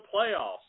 playoffs